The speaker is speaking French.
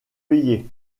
payer